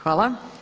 Hvala.